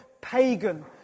pagan